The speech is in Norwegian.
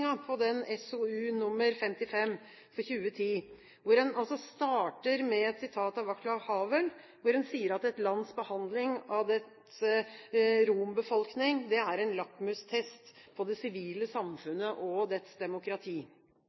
SOU 2010:55, hvor en starter med et sitat av Václav Havel og sier at et lands behandling av dets rombefolkning er en lakmustest på det sivile samfunnet og dets demokrati.